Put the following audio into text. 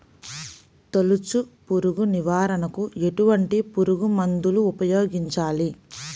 తొలుచు పురుగు నివారణకు ఎటువంటి పురుగుమందులు ఉపయోగించాలి?